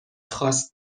خواست